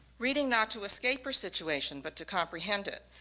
reading not to escape her situation but to comprehend it,